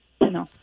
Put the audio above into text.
No